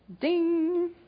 Ding